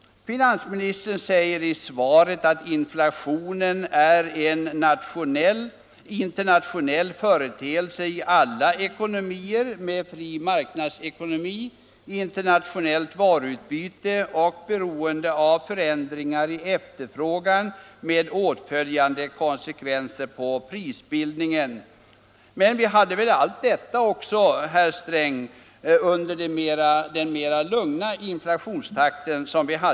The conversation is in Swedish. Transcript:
Finansministern säger i svaret att inflationen ”är en internationell företeelse i alla ekonomier med fri marknadsekonomi, internationellt varubyte och beroende av förändringar i efterfrågan med åtföljande konsekvenser på prisbildningen”. Men vi hade allt detta även under 1960 talet med dess mera lugna inflationstakt.